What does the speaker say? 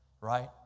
right